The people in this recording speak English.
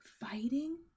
Fighting